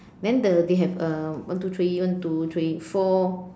then the we have a one two three one two three four